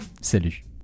Salut